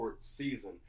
season